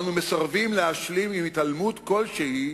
אנו מסרבים להשלים עם התעלמות כלשהי